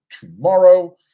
tomorrow